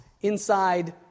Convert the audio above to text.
inside